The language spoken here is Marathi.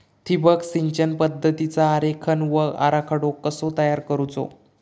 ठिबक सिंचन पद्धतीचा आरेखन व आराखडो कसो तयार करायचो?